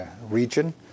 region